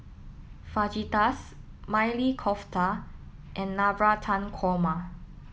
Fajitas Maili Kofta and Navratan Korma